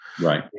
Right